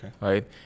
right